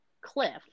cliff